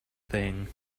thing